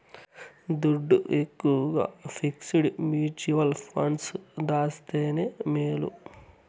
దుడ్డు ఎక్కవగా fixed mutual funds దాస్తేనే మేలు